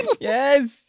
yes